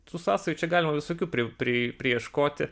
tų sąsajų čia galima visokių pri pri prieškoti